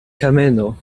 kameno